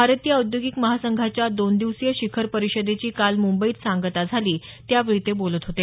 भारतीय औद्योगिक महासंघाच्या दोन दिवसीय शिखर परिषदेची काल मुंबईत सांगता झाली त्यावेळी ते बोलत होते